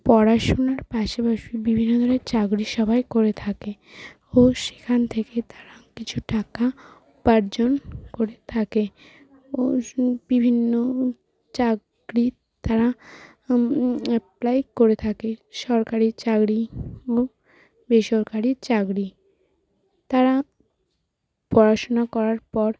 পড়াশোনার পাশাপাশি বিভিন্ন ধরনের চাকরি সবাই করে থাকে ও সেখান থেকে তারা কিছু টাকা উপার্জন করে থাকে ও বিভিন্ন চাকরি তারা প্রায় করে থাকে সরকারি চাকরি বেসরকারি চাকরি তারা পড়াশোনা করার পর